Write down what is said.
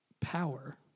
power